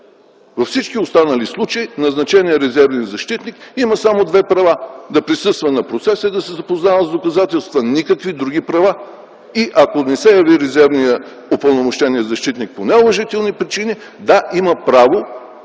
Във всички останали случаи назначеният резервен защитник има само две права – да присъства на процеса и да се запознава с доказателствата. Никакви други права. И ако не се яви упълномощеният защитник по неуважителни причини, да, има право,